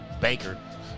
Baker